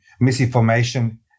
misinformation